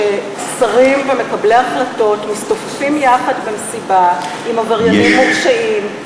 ששרים ומקבלי החלטות מסתופפים יחד במסיבה עם עבריינים מורשעים,